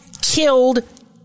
killed